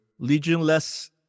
legionless